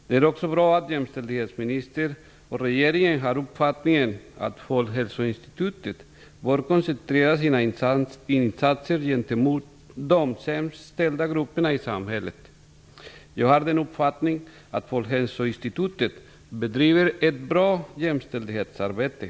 Det är också bra att jämställdhetsministern och regeringen har uppfattningen att Folkhälsoinstitutet bör koncentrera sina insatser gentemot de sämst ställda grupperna i samhället. Jag har uppfattningen att Folkhälsoinstitutet bedriver ett bra jämställdhetsarbete.